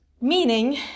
meaning